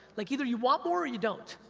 like either you want more or you don't.